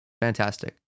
Fantastic